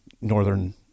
Northern